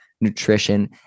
nutrition